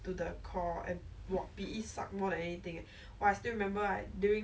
you think you do you prefer being back in secondary school or in school even